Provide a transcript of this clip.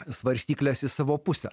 svarstykles į savo pusę